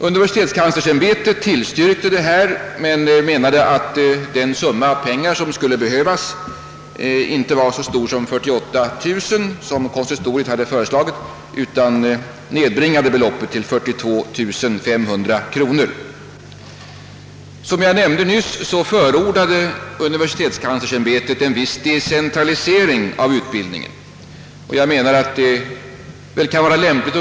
Universitetskanslersämbetet tillstyrkte förslaget men menade att det belopp som erfordrades inte var 48 000 kronor, som konsistoriet begärt, utan kunde nedbringas till 42 500 kronor. Som jag nyss nämnde förordade universitetskanslersämbetet en viss decentralisering av utbildningen, och jag instämmer i att en sådan kan vara lämplig.